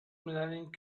medaling